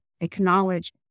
acknowledge